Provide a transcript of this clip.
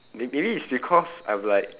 may~ maybe it's because I'm like